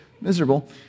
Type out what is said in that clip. miserable